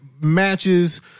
matches